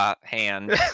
hand